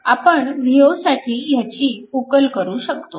आपण V0 साठी ह्याची उकल करू शकतो